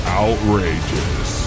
outrageous